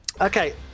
Okay